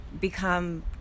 become